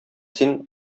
син